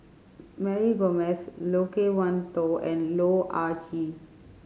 Mary Gomes Loke Wan Tho and Loh Ah Chee